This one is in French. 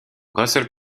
russell